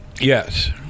Yes